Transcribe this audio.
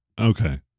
Okay